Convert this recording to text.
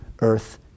earth